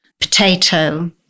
potato